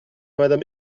madame